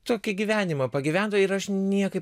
tokį gyvenimą pagyventų ir aš niekaip